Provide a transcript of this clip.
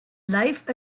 life